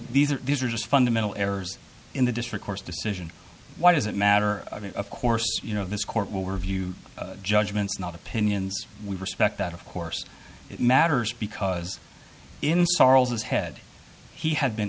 these are these are just fundamental errors in the district court's decision why does it matter of course you know this court will review judgments not opinions we respect that of course it matters because in sorrels as head he had been